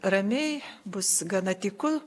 ramiai bus gana tyku